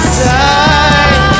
side